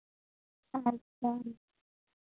ᱟᱪᱪᱷᱟ